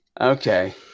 Okay